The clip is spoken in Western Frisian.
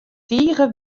tige